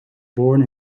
born